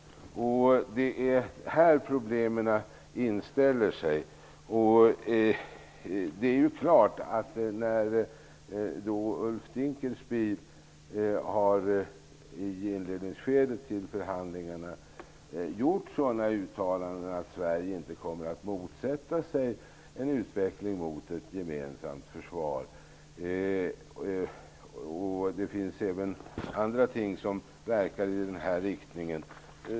Det är här problemen inställer sig. Ulf Dinkelspiel gjorde i inledningsskedet av förhandlingarna uttalanden om att Sverige inte kommer att motsätta sig en utveckling mot ett gemensamt försvar. Det är klart att det innebär problem. Det finns även andra ting som verkar i denna riktning.